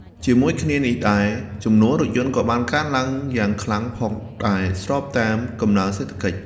ជាមួយគ្នានេះដែរ ចំនួនរថយន្តក៏បានកើនឡើងយ៉ាងខ្លាំងផងដែរស្របតាមកំណើនសេដ្ឋកិច្ច។